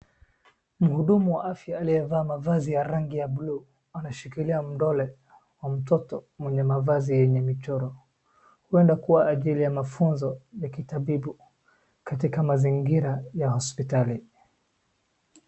Mhudumu wa afya aliyevaa mavazi ya rangi ya bluu anashikilia kidole wa mtoto mwenye mavazi yenye michoro. Huenda kwa ajili ya mafunzo ya kitabibu katika mazingira ya hospitali.